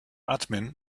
admin